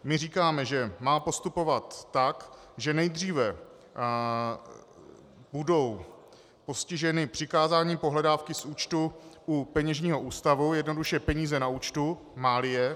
My říkáme, že má postupovat tak, že nejdříve budou postiženy přikázáním pohledávky z účtu u peněžního ústavu, jednoduše peníze na účtu, máli je.